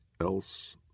else